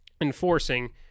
enforcing